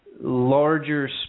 larger